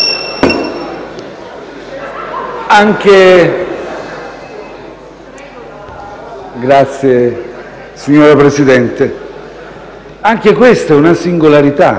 Signor Presidente, anche questa è una singolarità: